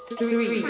three